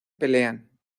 pelean